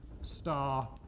star